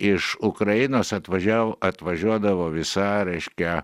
iš ukrainos atvažiavo atvažiuodavo visa reiškia